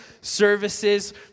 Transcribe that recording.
services